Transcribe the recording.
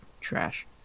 trash